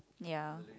ya